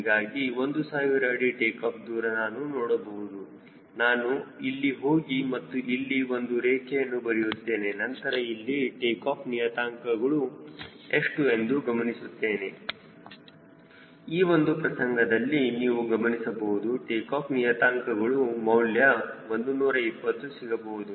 ಹೀಗಾಗಿ 1000 ಅಡಿ ಟೇಕಾಫ್ ದೂರ ನಾನು ನೋಡಬಹುದು ನಾನು ಇಲ್ಲಿ ಹೋಗಿ ಮತ್ತು ಇಲ್ಲಿ ಒಂದು ರೇಖೆಯನ್ನು ಬರೆಯುತ್ತೇನೆ ನಂತರ ಇಲ್ಲಿ ಟೇಕಾಫ್ ನಿಯತಾಂಕಗಳು ಎಷ್ಟು ಎಂದು ಗಮನಿಸುತ್ತೇನೆ ಈ ಒಂದು ಪ್ರಸಂಗದಲ್ಲಿ ನೀವು ಗಮನಿಸಬಹುದು ಟೇಕಾಫ್ ನಿಯತಾಂಕಗಳು ಮೌಲ್ಯ 120 ಸಿಗಬಹುದು